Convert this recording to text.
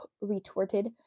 retorted